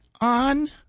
on